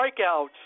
strikeouts